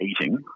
eating